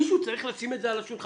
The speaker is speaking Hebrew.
אבל מישהו צריך לשים את זה על השולחן.